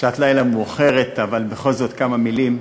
שעת לילה מאוחרת, אבל בכל זאת כמה מילים.